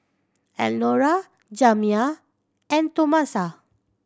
Elnora Jamya and Tomasa